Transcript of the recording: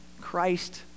christ